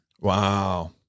Wow